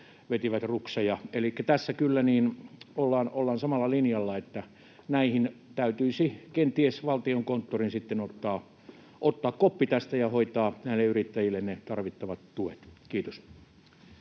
Elikkä tässä kyllä ollaan samalla linjalla, että tästä täytyisi kenties Valtiokonttorin sitten ottaa koppi ja hoitaa näille yrittäjille ne tarvittavat tuet. — Kiitos.